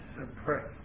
Suppressed